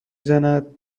زند